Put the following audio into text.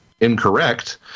incorrect